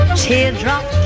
teardrop